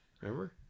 Remember